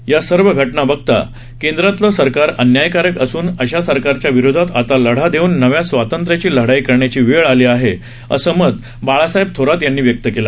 या सर्व घटना बघता केंद्रातलं सरकार अन्यायकारक असून अशा सरकारच्या विरोधात आता लढा देऊन नव्या स्वातंत्र्याची लढाई करण्याची वेळ आली आहे असं मत बाळासाहेब थोरात यांनी व्यक्त केलं